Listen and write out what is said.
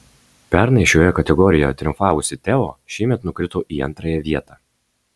pernai šioje kategorijoje triumfavusi teo šiemet nukrito į antrąją vietą